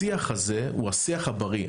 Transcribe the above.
השיח הזה הוא השיח הבריא.